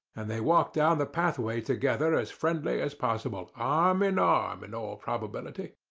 and they walked down the pathway together as friendly as possible arm-in-arm, in all probability.